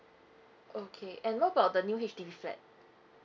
okay and what about the new H_D_B flat